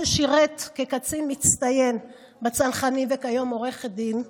ששירת כקצין מצטיין בצנחנים וכיום הוא עורך דין,